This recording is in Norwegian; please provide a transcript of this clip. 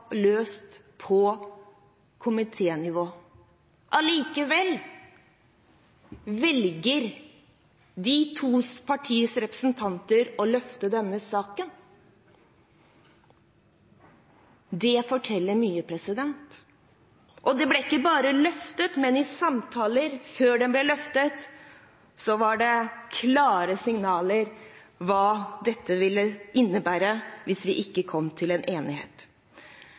løst på komiténivå. Allikevel velger de to partienes representanter å løfte denne saken. Det forteller mye. Og den ble ikke bare løftet, men i samtaler før den ble løftet, så var det klare signaler om hva dette ville innebære hvis vi ikke kom til en enighet.